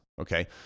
okay